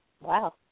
Wow